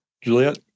Juliet